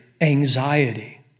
anxiety